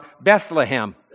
Bethlehem